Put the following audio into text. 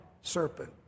serpent